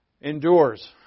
Endures